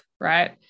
right